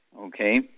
Okay